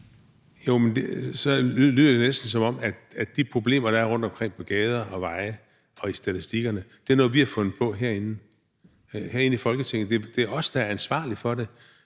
(DF): Så lyder det næsten, som om de problemer, der er rundt omkring på gader og veje og i statistikkerne, er noget, vi har fundet på herinde i Folketinget, altså at det er os, der er ansvarlige for det.